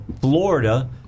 Florida